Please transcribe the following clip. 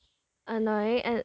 annoy and